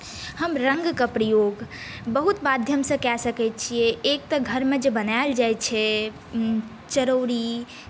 हम रङ्गके प्रयोग बहुत माध्यमसँ कए सकै छियै एक तऽ घरमे जे बनाएल जाइ छै चरौड़ी